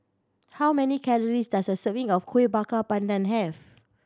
how many calories does a serving of Kuih Bakar Pandan have